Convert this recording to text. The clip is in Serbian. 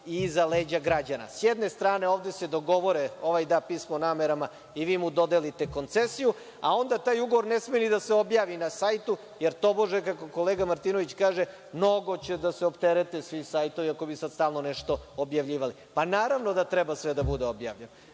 i iza leđa građana. Sa jedne strane ovde se dogovore, ovaj da pismo o namerama i vi mu dodelite koncesiju,a onda taj ugovor ne sme da se objavi na sajtu, jer tobože kako kolega Martinović kaže, mnogo će da se opterete svi sajtovi ako bi sada stalno nešto objavljivali. Naravno da treba sve da bude objavljeno.